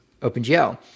OpenGL